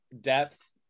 depth